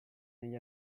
negli